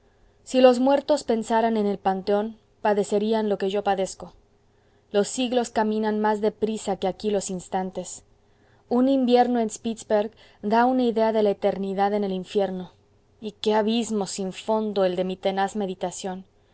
si los muertos pensaran en el panteón padecerían lo que yo padezco los siglos caminan más de prisa que aquí los instantes un invierno en spitzberg da una idea de la eternidad en el infierno y qué abismo sin fondo el de mi tenaz meditación